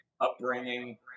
upbringing